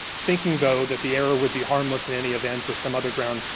thinking, though, that the error would be harmless in any event or some other ground.